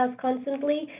constantly